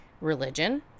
religion